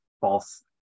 false